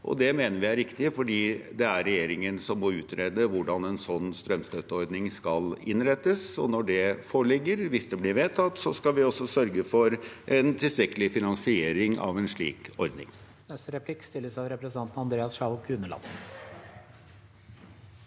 Det mener vi er riktig fordi det er regjeringen som må utrede hvordan en slik strømstøtteordning skal innrettes. Når det foreligger, hvis det blir vedtatt, skal vi også sørge for en tilstrekkelig finansiering av en slik ordning.